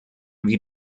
wie